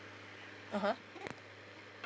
(uh huh)